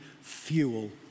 fuel